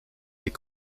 les